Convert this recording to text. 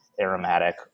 aromatic